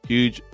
Huge